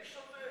מי שותק?